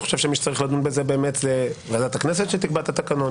אני חושב שמי שצריך לדון בזה באמת זאת ועדת הכנסת שתקבע את התקנון.